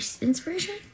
inspiration